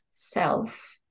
self